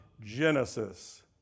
Genesis